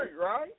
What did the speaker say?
right